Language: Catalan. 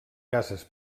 cases